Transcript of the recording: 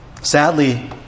Sadly